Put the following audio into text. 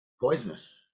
poisonous